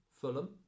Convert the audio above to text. Fulham